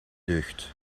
deugd